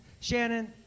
Shannon